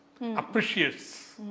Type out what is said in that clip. Appreciates